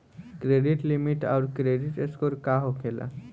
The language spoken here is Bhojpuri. क्रेडिट लिमिट आउर क्रेडिट स्कोर का होखेला?